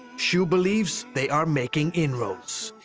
xu believes they are making in-roads.